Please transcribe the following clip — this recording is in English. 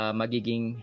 magiging